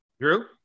Drew